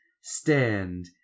stand